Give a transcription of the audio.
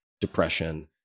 depression